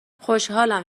خوشحالم